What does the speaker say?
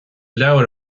leabhar